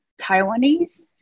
taiwanese